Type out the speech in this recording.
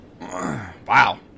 Wow